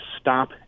stop